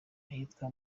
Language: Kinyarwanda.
ahitwa